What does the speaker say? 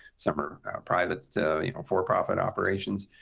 some are private so you know for-profit operations.